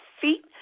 feet